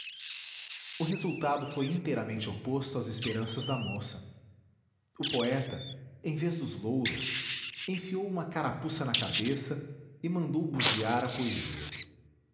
o resultado foi inteiramente oposto às esperanças da moça o poeta em vez dos louros enfiou uma carapuça na cabeça e mandou bugiar a poesia